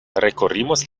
recorrimos